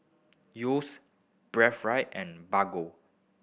Yeo's Breathe Right and Bargo